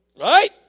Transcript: Right